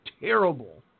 terrible